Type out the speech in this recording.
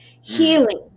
Healing